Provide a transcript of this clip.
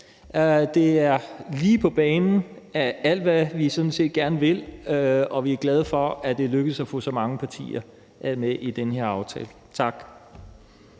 kornet med hensyn til alt det, vi sådan set gerne vil, og vi er glade for, at det er lykkedes at få så mange partier med i den her aftale. Tak.